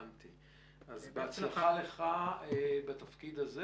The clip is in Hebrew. אז בהצלחה לך בתפקיד הזה.